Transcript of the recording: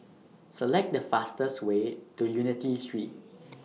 Select The fastest Way to Unity Street